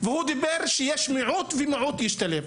והוא דיבר שיש מיעוט ומיעוט השתלב.